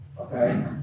Okay